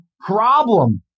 problem